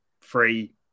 free